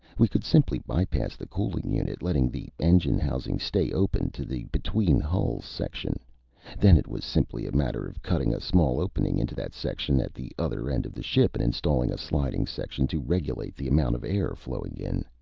we could simply bypass the cooling unit, letting the engine housings stay open to the between-hulls section then it was simply a matter of cutting a small opening into that section at the other end of the ship and installing a sliding section to regulate the amount of air flowing in.